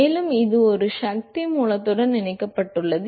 மேலும் இது ஒரு சக்தி மூலத்துடன் இணைக்கப்பட்டுள்ளது